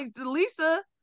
Lisa